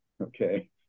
okay